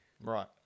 Right